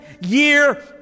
year